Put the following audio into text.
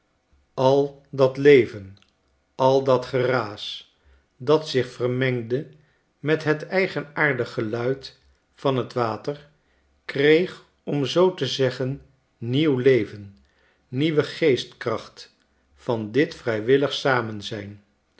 al dat leven al dat geraas dat zich vermengde met het eigenaardig geluid van t water kreeg om zoo te zeggen nieuw leven nieuwe geestkracht van dit vrijwillig samenzijn